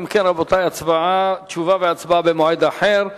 אם כן, רבותי, תשובה והצבעה במועד אחר.